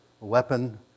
weapon